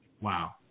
Wow